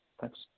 Thanks